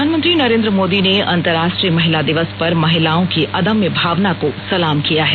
प्रधानमंत्री नरेन्द्र मोदी ने अंतर्राष्ट्रीय महिला दिवस पर महिलाओं की अदम्य साहस को नमन किया है